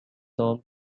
home